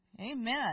Amen